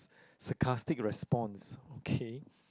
sarcastic response okay